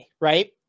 right